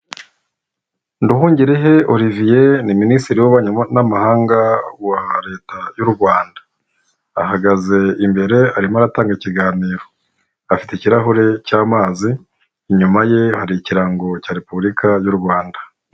Nduhungirehe olivier ni minisitiri w'ububanyi n'amahanga wa leta y'u Rwanda, ahagaze imbere arimo aratanga ikiganiro, afite ikirahure cy'amazi, inyuma ye hari ikirango cya Repubulika y'u Rwanda.